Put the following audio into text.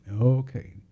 Okay